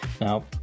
now